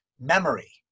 memory